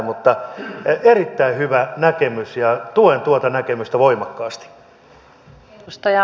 mutta erittäin hyvä näkemys ja tuen tuota näkemystä voimakkaasti